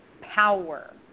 power